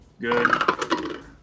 Good